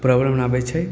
problem अबै छै